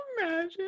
imagine